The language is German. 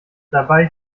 dabei